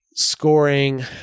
scoring